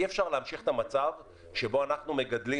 אי אפשר להמשיך את המצב שבו אנחנו מגדלים